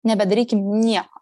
nebedarykim nieko